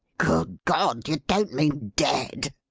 good god! you don't mean dead?